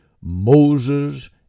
Moses